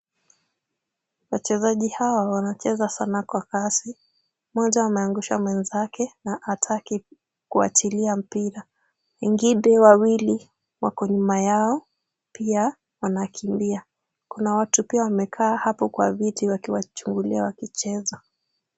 Wachezaji hawa wanacheza sana kwa kasi. Mmoja ameangusha mwenzake na hataki kuachilia mpira. Wengine wawili wako nyuma yao, pia wanakimbia. Kuna watu pia wamekaa hapo kwa viti wakiwachungulia wakicheza.